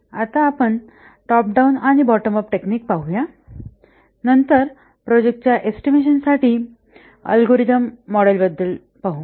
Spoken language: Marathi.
आता टॉप डाउन आणि बॉटम अप टेक्निक पाहूया नंतर आपण प्रोजेक्टच्या एस्टिमेशन साठी अल्गोरिदम मॉडेलबद्दल पाहू